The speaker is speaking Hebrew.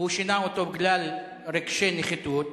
והוא שינה אותו בגלל רגשי נחיתות,